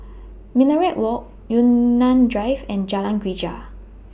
Minaret Walk Yunnan Drive and Jalan Greja